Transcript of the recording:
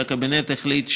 שהקבינט החליט,